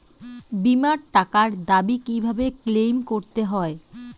বিমার টাকার দাবি কিভাবে ক্লেইম করতে হয়?